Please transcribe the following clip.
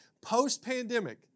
post-pandemic